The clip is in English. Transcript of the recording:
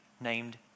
named